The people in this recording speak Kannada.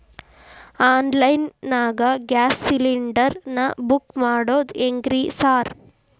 ಆನ್ಲೈನ್ ನಾಗ ಗ್ಯಾಸ್ ಸಿಲಿಂಡರ್ ನಾ ಬುಕ್ ಮಾಡೋದ್ ಹೆಂಗ್ರಿ ಸಾರ್?